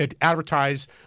advertise